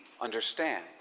understand